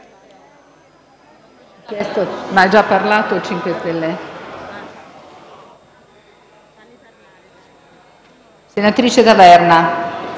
senatrice Taverna.